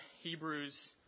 Hebrews